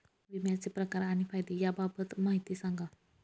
विम्याचे प्रकार आणि फायदे याबाबत माहिती सांगा